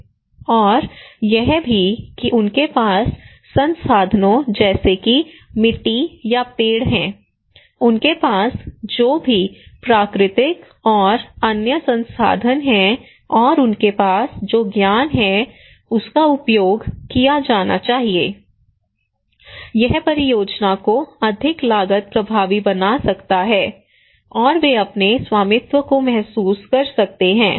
और यह भी कि उनके पास संसाधनों जैसे कि मिट्टी या पेड़ हैं उनके पास जो भी प्राकृतिक और अन्य संसाधन हैं और उनके पास जो ज्ञान है उसका उपयोग किया जाना चाहिए यह परियोजना को अधिक लागत प्रभावी बना सकता है और वे अपने स्वामित्व को महसूस कर सकते हैं